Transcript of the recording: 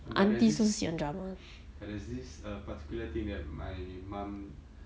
but there's this but there's this uh particular thing that my mum